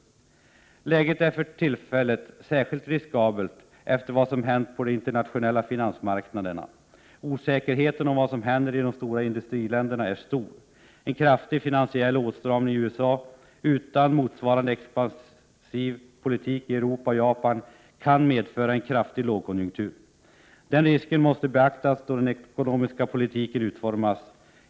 Läget är för tillfället särskilt riskabelt efter vad som hänt på de internationella finansmarknaderna. Osäkerheten om vad som händer i de stora industriländerna är stor. En kraftig finansiell åtstramning i USA utan motsvarande expansiv politik i Europa och Japan kan medföra en kraftig lågkonjunktur. Denna risk måste beaktas då den ekonomiska politiken utformas.